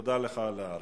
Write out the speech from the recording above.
תודה לך על ההערה.